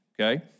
okay